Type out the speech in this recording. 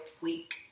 week